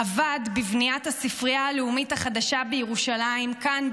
עבד בבניית הספרייה הלאומית החדשה בירושלים כאן,